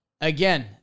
again